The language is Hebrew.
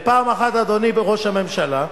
בפעם אחת, אדוני ראש הממשלה.